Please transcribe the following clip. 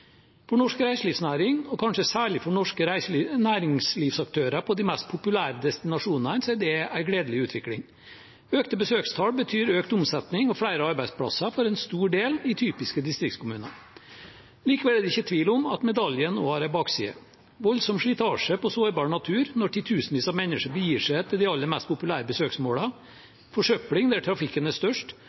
For norsk reiselivsnæring, og kanskje særlig for næringslivsaktører på de mest populære destinasjonene, er det en gledelig utvikling. Økte besøkstall betyr økt omsetning og flere arbeidsplasser, for en stor del i typiske distriktskommuner. Likevel er det ikke tvil om at medaljen også har en bakside: voldsom slitasje på sårbar natur når titusenvis av mennesker begir seg til de aller mest besøkte besøksmålene, forsøpling der trafikken er størst,